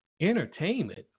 entertainment